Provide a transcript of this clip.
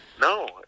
No